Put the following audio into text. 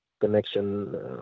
connection